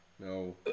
No